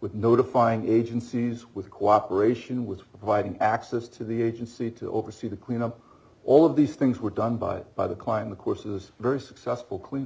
with notifying agencies with cooperation with providing access to the agency to oversee the cleanup all of these things were done by by the climate courses very successful clean